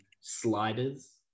sliders